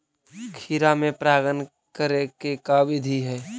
खिरा मे परागण करे के का बिधि है?